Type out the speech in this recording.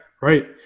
Right